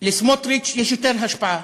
לסמוטריץ יש יותר השפעה.